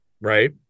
right